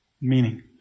meaning